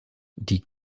die